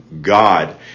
God